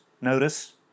notice